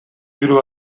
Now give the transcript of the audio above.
жүрүп